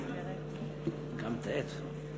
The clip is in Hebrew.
אני מזמין את חבר הכנסת יאיר שמיר,